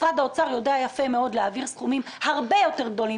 משרד האוצר יודע יפה מאוד להעביר סכומים הרבה יותר גדולים